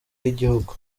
y’igihugu